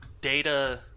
data